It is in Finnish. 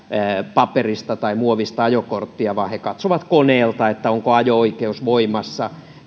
paperista tai muovista ajokorttia vaan he katsovat koneelta onko ajo oikeus voimassa